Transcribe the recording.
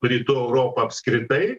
rytų europą apskritai